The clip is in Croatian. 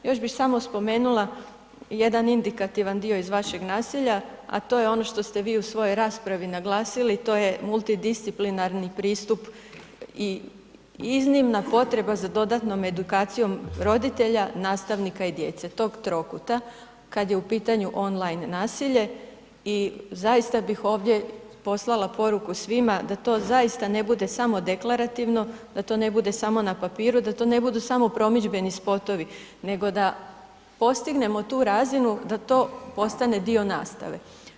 Još bih samo spomenula, jedan indikativan dio iz vašeg nasilja, a to je ono što ste vi u svojoj raspravi naglasili, to je multidisciplinarni pristup i iznimna potreba za dodatnom edukacijom roditelja, nastavnika i djece, tog trokuta, kada je u pitanju on line nasilje i zaista bih ovdje poslala poruku svima, da to zaista ne bude samo deklarativno, da to ne bude samo na papiru, da to ne budu samo promidžbeni spotovi, nego da, postignemo tu razinu, da to postane dio nastave.